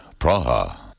Praha